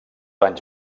anys